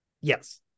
Yes